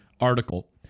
article